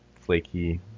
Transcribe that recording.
flaky